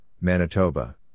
Manitoba